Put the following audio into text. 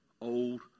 old